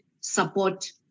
support